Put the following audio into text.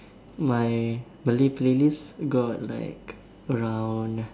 my Malay playlist got like around